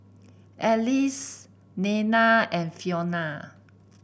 Alease Dayna and Fiona